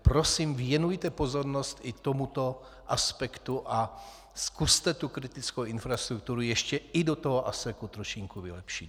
Prosím, věnujte pozornost i tomuto aspektu a zkuste tu kritickou infrastrukturu ještě i do ASEK trošinku vylepšit.